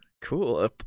Cool